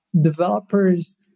developers